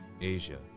Asia